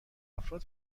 افراد